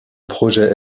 projet